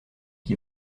qui